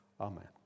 amen